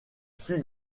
fut